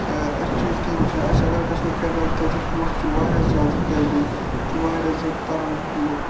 اَسہِ چھِ یِتھ کٔنۍ وٕچھان أسۍ اَگر گژھَو کٮ۪رلا تَتِکۍ لُکھ چھِ واریاہ زیادٕ قٲبِل تہٕ واریاہ زیادٕ پَروٕنۍ لُکھ